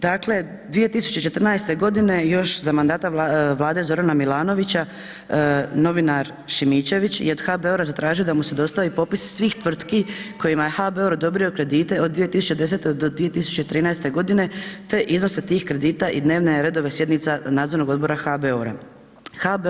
Dakle, 2014. godine još za mandata Vlade Zorana Milanovića novinar Šimićević je od HBOR-a zatražio da mu se dostavi popis svih tvrtku kojima je HBOR odobrio kredite od 2010.-2013. godine te iznose tih kredita i dnevne redove sjednica Nadzornog odbora HBOR-a.